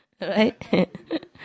Right